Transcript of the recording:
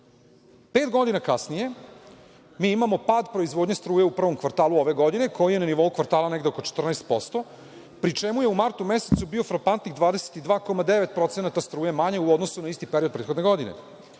godina kasnije mi imamo pad proizvodnje struje u prvom kvartalu ove godine koji je na nivou kvartala negde oko 14%, pri čemu je u martu mesecu bio frapantnih 22,9% struje manje u odnosu na isti period prethodne godine.